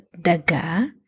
daga